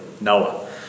Noah